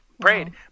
prayed